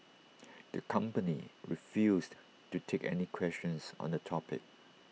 the company refused to take any questions on the topic